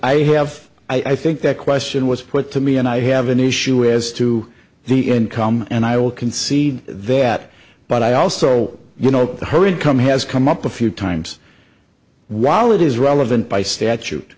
have i think that question was put to me and i have an issue as to the income and i will concede that but i also you know her income has come up a few times while it is relevant by statute